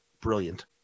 Brilliant